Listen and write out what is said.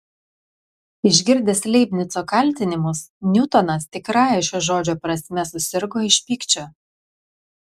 išgirdęs leibnico kaltinimus niutonas tikrąja šio žodžio prasme susirgo iš pykčio